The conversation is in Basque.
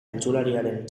entzuleriaren